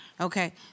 Okay